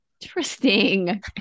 interesting